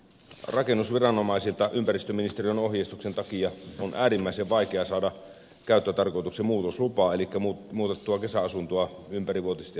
rakennusviranomaisilta ympäristöministeriön ohjeistuksen takia on äärimmäisen vaikea saada käyttötarkoituksen muutoslupaa elikkä muutettua kesäasuntoa ympärivuotisesti asuttavaksi